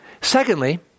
Secondly